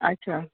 اچھا